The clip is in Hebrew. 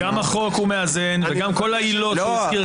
גם החוק מאזן וגם כל העילות שהוא הזכיר כאן.